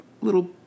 little